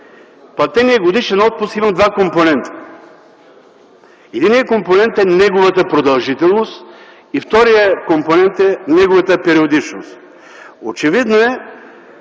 платеният годишен отпуск има два компонента – единият компонент е неговата продължителност и вторият компонент е неговата периодичност. Очевидно е,